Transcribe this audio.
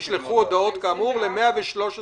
נשלחו הודעות כאמור ל-113 מחוסנים".